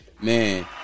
man